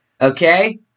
Okay